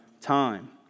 time